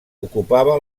ocupava